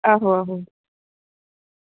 आहो आहो